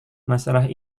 masalah